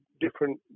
different